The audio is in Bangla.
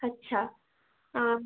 আচ্ছা